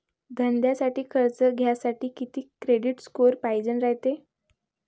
धंद्यासाठी कर्ज घ्यासाठी कितीक क्रेडिट स्कोर पायजेन रायते?